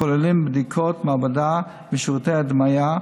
הכוללים בדיקות מעבדה ושירותי הדמיה,